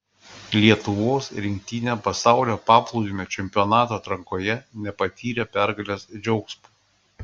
lietuvos rinktinė pasaulio paplūdimio čempionato atrankoje nepatyrė pergalės džiaugsmo